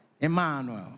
Emmanuel